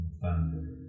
thunder